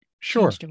sure